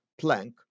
Planck